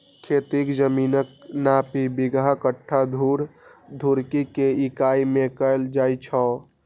खेतीक जमीनक नापी बिगहा, कट्ठा, धूर, धुड़की के इकाइ मे कैल जाए छै